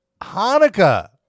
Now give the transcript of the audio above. Hanukkah